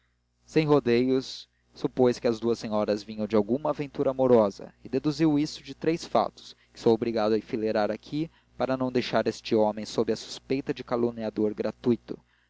sem rodeios supôs que as duas senhoras vinham de alguma aventura amorosa e deduziu isto de três fatos que sou obrigado a enfileirar aqui para não deixar este homem sob a suspeita de caluniador gratuito